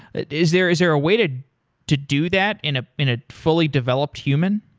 is there is there a way to to do that in ah in a fully developed human?